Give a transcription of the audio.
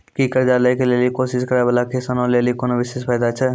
कि कर्जा लै के लेली कोशिश करै बाला किसानो लेली कोनो विशेष फायदा छै?